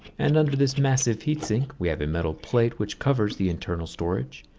and under this massive heat sink we have a metal plate which covers the internal storage.